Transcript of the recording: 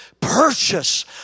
purchase